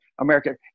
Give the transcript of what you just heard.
America